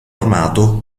armato